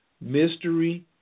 mystery